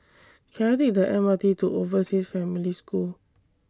Can I Take The M R T to Overseas Family School